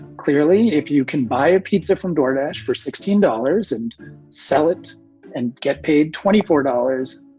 clearly, if you can buy a pizza from jordache for sixteen dollars and sell it and get paid twenty four dollars,